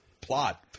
plot